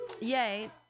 yay